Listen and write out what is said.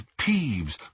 Peeves